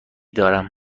دارم